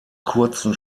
kurzen